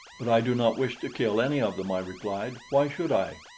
but i do not wish to kill any of them, i replied. why should i?